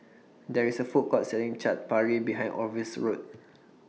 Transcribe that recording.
There IS A Food Court Selling Chaat Papri behind Orville's Road